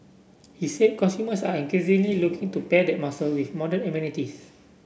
he said consumers are increasingly looking to pair that muscle with modern amenities